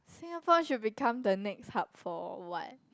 Singapore should become the next hub for what